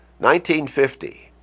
1950